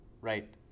right